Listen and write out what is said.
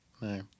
No